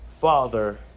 father